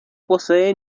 posee